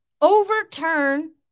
overturn